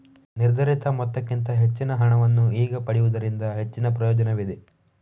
ನಿರ್ಧರಿತ ಮೊತ್ತಕ್ಕಿಂತ ಹೆಚ್ಚಿನ ಹಣವನ್ನು ಈಗ ಪಡೆಯುವುದರಿಂದ ಹೆಚ್ಚಿನ ಪ್ರಯೋಜನವಿದೆ